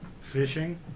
Fishing